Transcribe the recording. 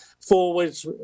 Forwards